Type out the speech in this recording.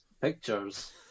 pictures